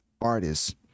artists